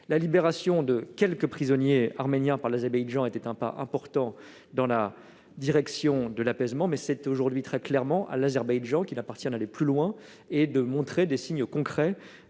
La libération de quelques prisonniers arméniens par l'Azerbaïdjan était un pas important dans le sens de l'apaisement, mais c'est aujourd'hui sans nul doute à l'Azerbaïdjan qu'il appartient d'aller plus loin et de montrer des signes concrets